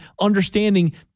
understanding